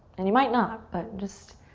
and you might not, but just